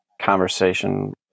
conversation